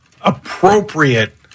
appropriate